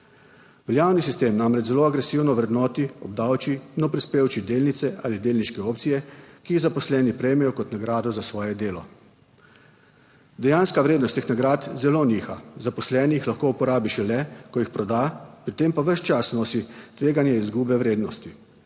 Veljavni sistem namreč zelo agresivno vrednoti obdavči, oprispevči delnice ali delniške opcije, ki jih zaposleni prejmejo kot nagrado za svoje delo. Dejanska vrednost teh nagrad zelo niha, zaposleni jih lahko uporabi šele, ko jih proda, pri tem pa ves čas nosi tveganje izgube vrednosti.